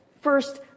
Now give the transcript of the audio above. First